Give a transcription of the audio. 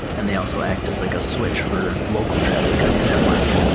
and they also act as like a switch for local traffic on your network.